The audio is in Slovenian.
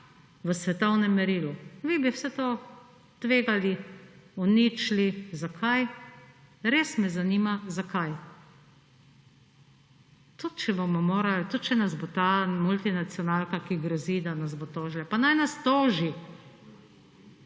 v svetovnem merilu. Vi bi vse to tvegali, uničili. Zakaj? Res me zanima, zakaj. Tudi če bomo morali, tudi če nas bo ta multinacionalka, ki grozi, da nas bo tožila. Pa naj nas toži.